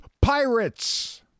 Pirates